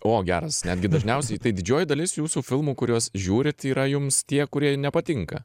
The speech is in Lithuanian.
o geras netgi dažniausiai tai didžioji dalis jūsų filmų kuriuos žiūrit yra jums tie kurie nepatinka